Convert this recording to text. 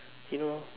you know